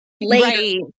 later